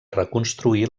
reconstruir